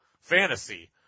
fantasy